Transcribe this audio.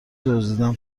دزدیدن